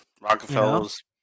rockefellers